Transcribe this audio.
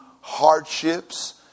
hardships